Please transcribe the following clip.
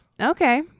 Okay